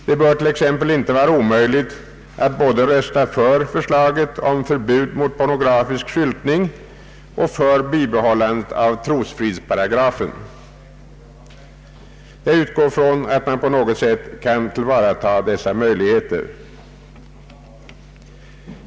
Det bör t.ex. inte vara omöjligt att rösta både för förslaget om förbud mot pornografisk skyltning och för bibehållande av trosfridsparagrafen. Jag utgår ifrån att man på något sätt kan tillvarata dessa möjligheter.